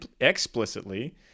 explicitly